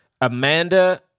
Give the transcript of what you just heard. Amanda